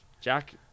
Jack